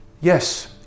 yes